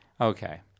Okay